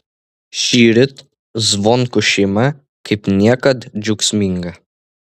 šįryt zvonkų šeima kaip niekad džiaugsminga